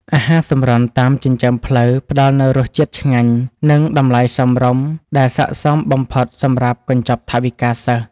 អាហារសម្រន់តាមចិញ្ចើមផ្លូវផ្តល់នូវរសជាតិឆ្ងាញ់និងតម្លៃសមរម្យដែលស័ក្តិសមបំផុតសម្រាប់កញ្ចប់ថវិកាសិស្ស។